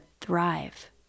thrive